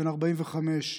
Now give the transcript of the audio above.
בן 45,